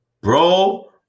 bro